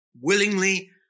willingly